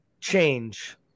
change